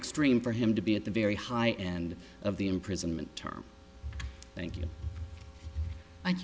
extreme for him to be at the very high end of the imprisonment term thank you thank